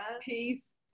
Peace